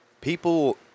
People